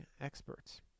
experts